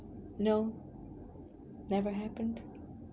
you know never happened